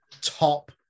top